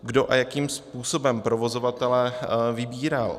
Kdo a jakým způsobem provozovatele vybíral?